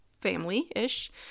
family-ish